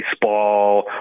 baseball